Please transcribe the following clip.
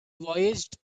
voyaged